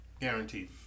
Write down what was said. Guaranteed